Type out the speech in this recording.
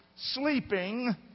sleeping